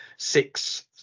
six